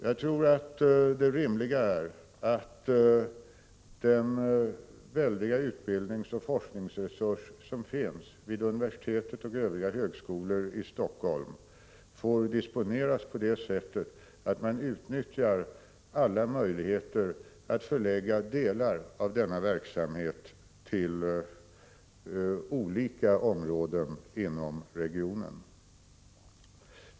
Jag tror att det rimliga är att den väldiga utbildningsoch forskningsresurs som finns vid universitetet och vid övriga högskolor i Helsingfors får disponeras på det sättet att man utnyttjar alla möjligheter att förlägga delar av verksamheten till olika områden inom regionen.